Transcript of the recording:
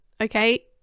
okay